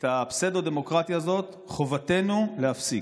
את הפסאודו-דמוקרטיה הזאת חובתנו להפסיק.